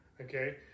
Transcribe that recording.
Okay